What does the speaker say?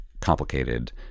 complicated